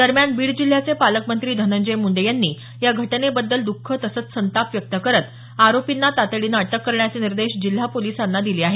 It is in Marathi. दरम्यान बीड जिल्ह्याचे पालकमंत्री धनंजय मुंडे यांनी या घटनेबद्दल द्ःख तसंच संताप व्यक्त करत आरोपींना तातडीने अटक करण्याचे निर्देश जिल्हा पोलिसांना दिले आहेत